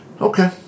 Okay